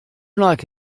like